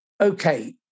okay